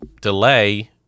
delay